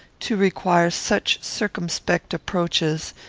to require such circumspect approaches,